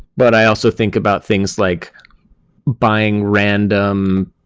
but i also think about things like buying random